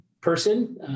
person